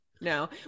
No